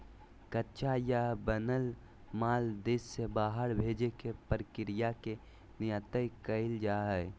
कच्चा या बनल माल देश से बाहर भेजे के प्रक्रिया के निर्यात कहल जा हय